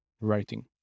writing